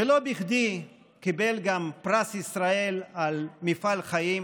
ולא בכדי הוא קיבל גם פרס ישראל על מפעל חיים.